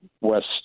West